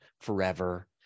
forever